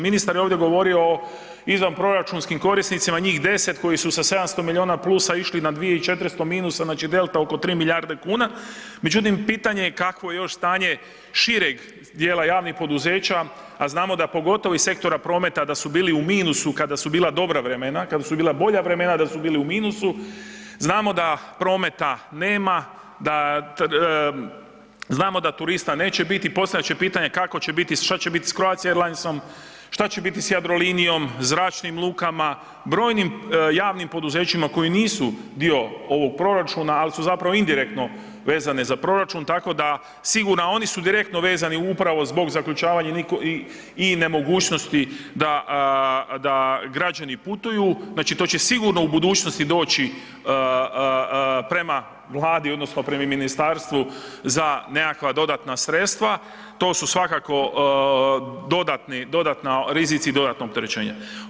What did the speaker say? Ministar je ovdje govorio o izvanproračunskim korisnicima, njih 10 koji su sa 700 milijuna plusa išli na 2400 minusa, znači delta oko 3 milijarde kuna, međutim pitanje je kakvo je još stanje šireg djela javnih poduzeća a znamo da pogotovo iz sektora prometa, da su bili u minusu kada su bila dobra vremena, kada su bila bolja vremena da su bili u minusu, znamo da prometa nema, znamo da turista neće biti, postavlja se pitanje kako će biti, šta će biti sa Croatia airlinesom, šta će biti sa Jadrolinijom, zračnim lukama, brojim javnim poduzećima koja nisu dio ovog proračuna ali su zapravo indirektno vezane za proračun, tako da sigurno a oni su direktno vezani upravo zbog zaključavanja i nemogućnosti da građani putuju, znači to će sigurno u budućnosti doći prema Vladi odnosno prema ministarstvu za nekakva dodatna sredstva, to su svakako rizici dodatnog opterećenja.